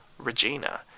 Regina